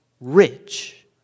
rich